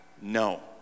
no